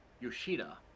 Yoshida